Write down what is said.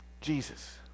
Jesus